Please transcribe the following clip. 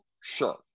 sure